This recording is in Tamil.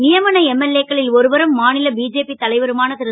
யமன எம்எல்ஏ க்களில் ஒருவரும் மா ல பிஜேபி தலைவருமான ரு